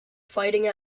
fighting